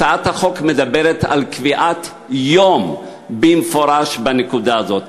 הצעת החוק מדברת על קביעת יום במפורש בנקודה זו.